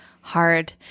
hard